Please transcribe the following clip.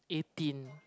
eighteen